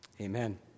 Amen